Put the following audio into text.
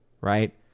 right